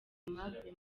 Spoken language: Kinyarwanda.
aimable